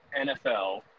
NFL